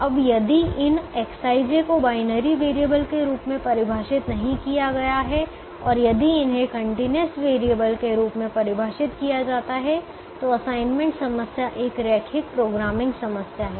अब यदि इन Xij को बाइनरी वैरिएबल के रूप में परिभाषित नहीं किया गया है और यदि इन्हें कंटीन्यूअस वैरिएबल के रूप में परिभाषित किया जाता है तो असाइनमेंट समस्या एक रैखिक प्रोग्रामिंग समस्या है